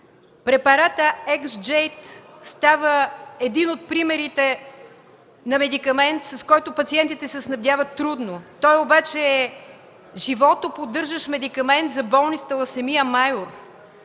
Препаратът „Екс джейт” става един от примерите на медикамент, с който пациентите се снабдяват трудно, той обаче е животоподдържащ медикамент за болни с таласемия майор,